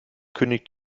kündigt